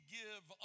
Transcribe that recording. give